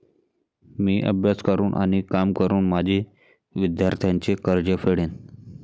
मी अभ्यास करून आणि काम करून माझे विद्यार्थ्यांचे कर्ज फेडेन